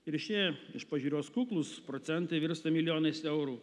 ir šie iš pažiūros kuklūs procentai virsta milijonais eurų